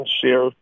share